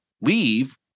leave